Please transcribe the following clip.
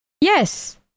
Yes